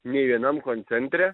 nei vienam koncentre